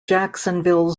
jacksonville